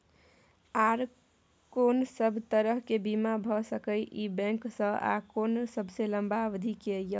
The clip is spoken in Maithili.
आर कोन सब तरह के बीमा भ सके इ बैंक स आ कोन सबसे लंबा अवधि के ये?